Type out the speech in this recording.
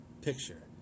picture